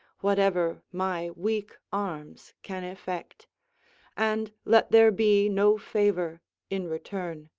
whatever my weak arms can effect and let there be no favour in return.